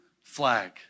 flag